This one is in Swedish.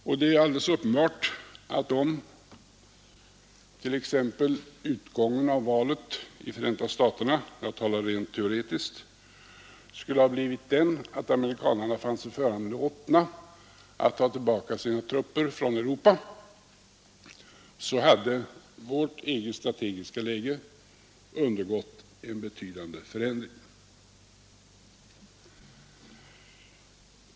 Och det är alldeles uppenbart att om t.ex. utgången av valet i Förenta staterna — jag talar rent teoretiskt — skulle ha blivit den, att amerikanerna fann sig föranlåtna att ta tillbaka sina trupper från Europa, så hade vårt eget strategiska läge undergått en betydande förändring.